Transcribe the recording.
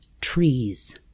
trees